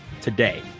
today